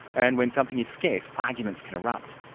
and when something is scarce, arguments can erupt.